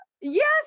Yes